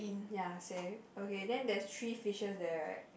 ya same okay then there's three fishers there right